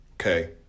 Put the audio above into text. Okay